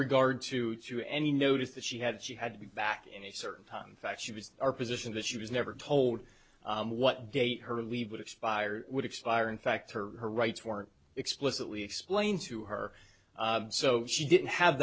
regard to to any notice that she had she had to be back in a certain time fact she was our position that she was never told what date her leave would expire would expire in fact her rights weren't explicitly explained to her so she didn't have